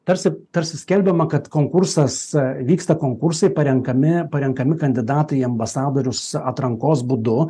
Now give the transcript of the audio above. tarsi tarsi skelbiama kad konkursas vyksta konkursai parenkami parenkami kandidatai į ambasadorius atrankos būdu